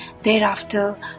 Thereafter